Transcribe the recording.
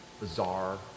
bizarre